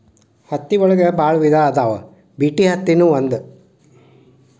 ಹತ್ತಿ ಒಳಗ ಬಾಳ ವಿಧಾ ಅದಾವ ಬಿಟಿ ಅತ್ತಿ ನು ಒಂದ